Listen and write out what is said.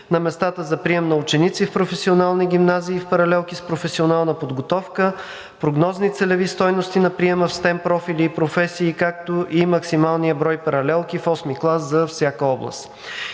на местата за прием на ученици в професионални гимназии и в паралелки с професионална подготовка, прогнозни целеви стойности на приема в STEM профили и професии, както и максималният брой паралелки в VIII клас за всяка област.